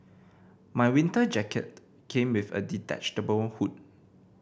my winter jacket came with a detachable hood